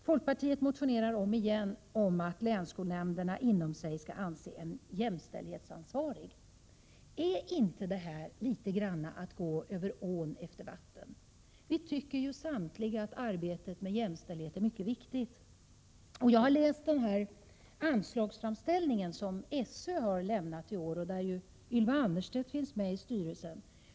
Folkpartiet motionerar återigen om att länsskolnämnderna internt skall utse en jämställdhetsansvarig. Är inte detta litet grand att gå över ån efter vatten? Vi tycker alla att arbetet med jämställdhet är mycket viktigt. Jag har läst den anslagsframställning SÖ har lämnat i år. Ylva Annerstedt finns med i styrelsen.